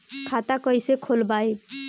खाता कईसे खोलबाइ?